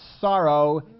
sorrow